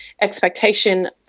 expectation